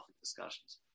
discussions